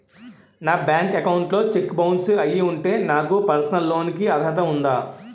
నా bank account లో cheque bounce అయ్యి ఉంటే నాకు పర్సనల్ లోన్ కీ అర్హత ఉందా?